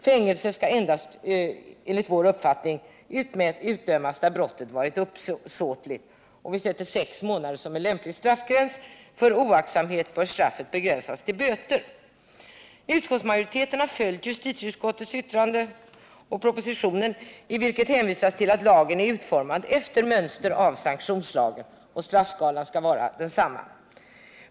Fängelse bör enligt vår mening utdömas endast i fall där brottet varit uppsåtligt, och vi sätter sex månader som en lämplig straffgräns. För oaktsamhet bör straffet begränsas till böter. Utskottsmajoriteten har följt justitieutskottets yttrande, i vilket hänvisas till att lagen är utformad efter mönster av sanktionslagen och att straffskalan bör ha samma utformning som denna.